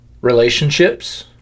relationships